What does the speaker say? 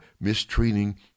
mistreating